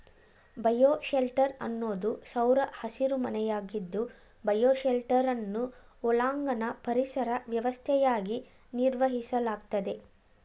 bioshelter ಅನ್ನೋದು ಸೌರ ಹಸಿರುಮನೆಯಾಗಿದ್ದು ಬಯೋಶೆಲ್ಟರನ್ನು ಒಳಾಂಗಣ ಪರಿಸರ ವ್ಯವಸ್ಥೆಯಾಗಿ ನಿರ್ವಹಿಸಲಾಗ್ತದೆ